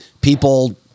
people